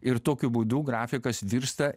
ir tokiu būdu grafikas virsta